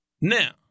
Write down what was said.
Now